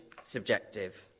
subjective